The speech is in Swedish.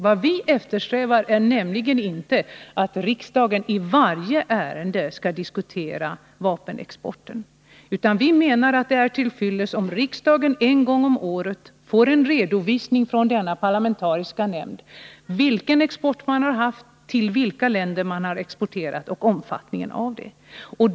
Vad vi eftersträvar är nämligen inte att riksdagen i varje ärende skall diskutera vapenexporten, utan vi menar att det är till fyllest om riksdagen en gång om året får en redovisning från denna parlamentariska nämnd av vilken export man har haft, till vilka länder man har exporterat och omfattningen av exporten.